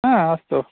ह अस्तु